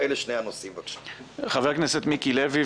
בסדר גמור.